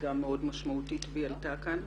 גם מאוד משמעותית והיא עלתה כאן.